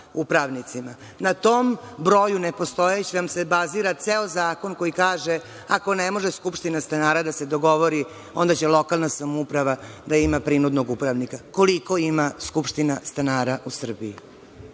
Na tom nepostojećem broju vam se bazira ceo zakon koji kaže – ako ne može skupština stanara da se dogovori, onda će lokalna samouprava da ima prinudnog upravnika. Koliko ima skupština stanara u Srbiji? Malo